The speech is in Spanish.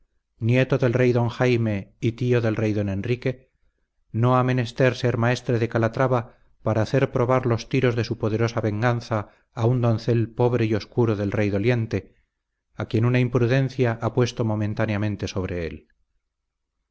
nieto del rey don jaime y tío del rey don enrique no ha menester ser maestre de calatrava para hacer probar los tiros de su poderosa venganza a un doncel pobre y oscuro del rey doliente a quien una imprudencia ha puesto momentáneamente sobre él